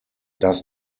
does